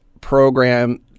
program